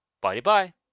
bye-bye